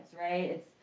right